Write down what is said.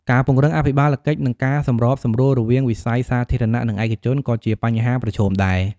ការពង្រឹងអភិបាលកិច្ចនិងការសម្របសម្រួលរវាងវិស័យសាធារណៈនិងឯកជនក៏ជាបញ្ហាប្រឈមដែរ។